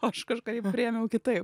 aš kažkaip priėmiau kitaip